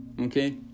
Okay